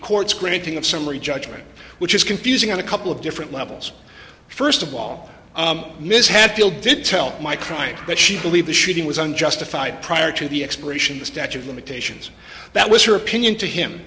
court's granting of summary judgment which is confusing on a couple different levels first of all ms hadfield did tell my crying that she believe the shooting was unjustified prior to the expiration the statute of limitations that was her opinion to him